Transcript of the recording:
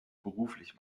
beruflich